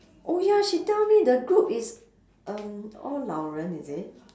oh ya she tell me the group is um all 老人：lao ren is it